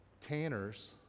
Tanners